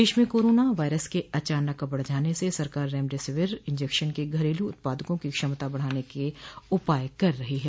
देश में corona virus के अचानक बढ़ जाने से सरकार रेमडेसिविर इंजेक्शन के घरेलू उत्पादकों की क्षमता बढ़ाने के उपाय कर रही है